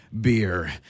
beer